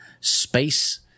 space